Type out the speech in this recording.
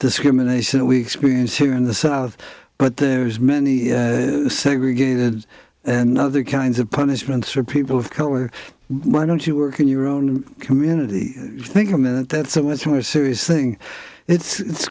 discrimination that we experience here in the south but there's many segregated and other kinds of punishments for people of color why don't you work in your own community think a minute that's a much more serious thing it's